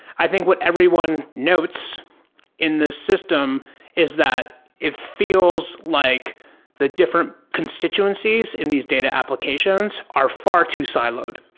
i think what everyone notes in this system is that it feels like the different constituencies in these data applications are far too siloed.